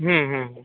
হুম হুম হুম